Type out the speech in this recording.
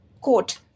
quote